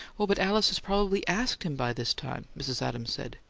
oh, but alice has probably asked him by this time, mrs. adams said.